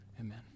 Amen